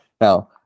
now